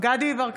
דסטה גדי יברקן,